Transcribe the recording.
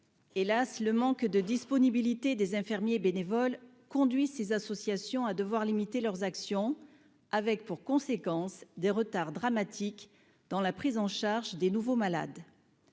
hélas, le manque de disponibilité des infirmiers bénévoles conduit ces associations à devoir limiter leurs actions, avec pour conséquence des retards dramatiques dans la prise en charge des nouveaux malades.